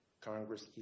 Congress